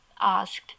asked